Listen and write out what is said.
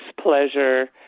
pleasure